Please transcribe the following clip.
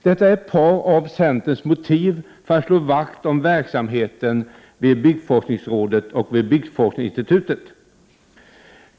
Detta är ett par av centerns motiv för att slå vakt om verksamheten vid byggforskningsrådet och vid byggforskningsinstitutet .